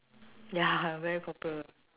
ya very popular